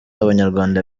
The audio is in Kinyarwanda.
abanyarwanda